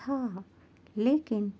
تھا لیکن